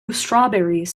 strawberries